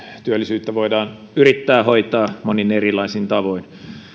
työllisyyttä voidaan yrittää hoitaa monin erilaisin tavoin